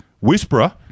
whisperer